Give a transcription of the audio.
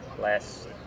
less